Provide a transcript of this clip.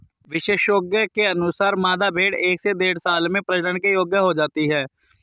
विशेषज्ञों के अनुसार, मादा भेंड़ एक से डेढ़ साल में प्रजनन के योग्य हो जाती है